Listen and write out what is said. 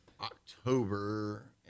October